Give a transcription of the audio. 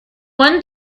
one